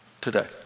today